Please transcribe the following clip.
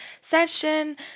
session